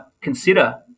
consider